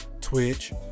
Twitch